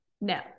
No